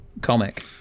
comic